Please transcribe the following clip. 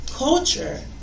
Culture